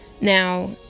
Now